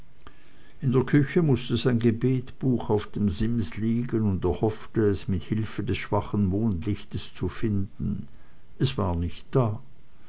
in der küche mußte sein gebetbuch auf dem sims liegen und er hoffte es mit hülfe des schwachen mondlichts zu finden es war nicht da